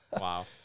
Wow